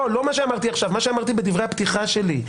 לא מה שאמרתי עכשיו, מה שאמרתי בדברי הפתיחה שלי.